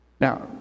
Now